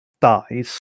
dies